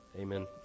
Amen